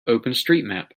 openstreetmap